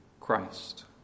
Christ